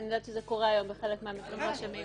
אני יודעת שזה קורה היום בחלק מהמקרים עם הרשמים.